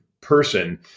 person